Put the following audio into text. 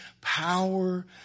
power